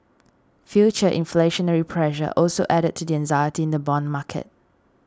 future inflationary pressure also added to the anxiety in the bond market